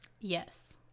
Yes